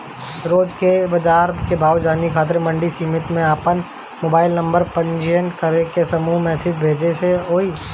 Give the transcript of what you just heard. रोज के बाजार भाव के जानकारी मंडी समिति में आपन मोबाइल नंबर पंजीयन करके समूह मैसेज से होई?